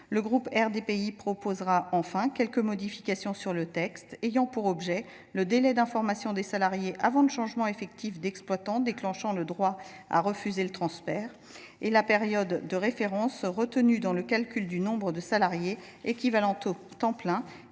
le groupe RDPI proposera quelques modifications du texte portant sur le délai d’information des salariés avant le changement effectif d’exploitant déclenchant le droit de refuser le transfert ; sur la période de référence retenue dans le calcul du nombre de salariés équivalents temps plein